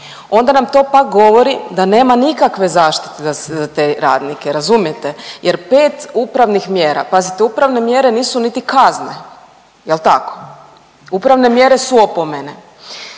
onda nam to pak govori da nema nikakve zaštite za te radnike. Razumijete? Jer 5 upravnih mjera, pazite upravne mjere nisu niti kazne. Jel' tako? Upravne mjere su opomene